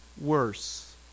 worse